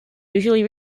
usually